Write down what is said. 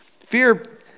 Fear